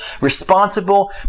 responsible